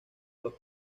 los